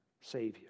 Savior